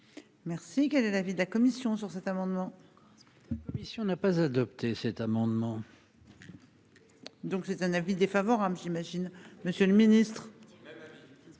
Merci. Quel est l'avis de la commission sur cet amendement. N'a pas adopté cet amendement. Donc c'est un avis défavorable, j'imagine Monsieur le Ministre.